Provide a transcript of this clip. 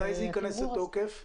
מתי זה ייכנס לתוקף?